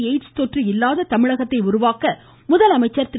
AIDS தொற்று இல்லாத தமிழகத்தை உருவாக்க முதலமைச்சர் திரு